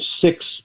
six